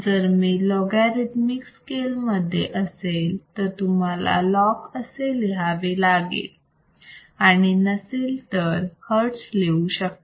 जर ती logarithmic scale मध्ये असेल तर तुम्हाला log असे लिहावे लागेल आणि नसेल तर hertz लिहू शकता